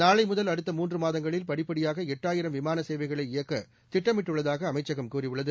நாளை முதல் அடுத்த மூன்று மாதங்களில் படிப்படியாக எட்டாயிரம் விமான சேவைகளை இயக்க திட்டமிட்டுள்ளதாக அமைச்சகம் கூறியுள்ளது